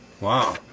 wow